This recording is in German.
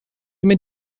immer